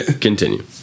Continue